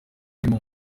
ibindi